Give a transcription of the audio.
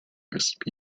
recipe